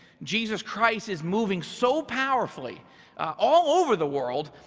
jesus christ is moving so powerfully all over the world,